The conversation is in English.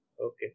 Okay